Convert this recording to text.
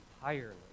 entirely